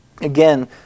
Again